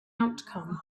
outcome